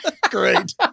Great